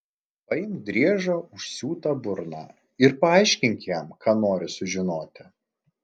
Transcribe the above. paimk driežą užsiūta burna ir paaiškink jam ką nori sužinoti